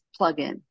plugin